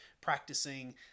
practicing